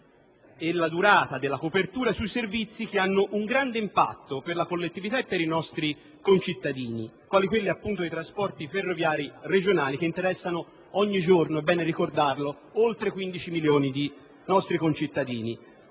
e la durata della copertura di servizi che hanno un grande impatto per la collettività e per i nostri concittadini, quali quelli dei trasporti ferroviari regionali, che interessano ogni giorno (è bene ricordarlo) oltre 15 milioni di nostri concittadini.